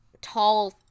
tall